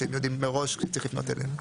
שהם יודעים מראש שצריך לפנות אליהם.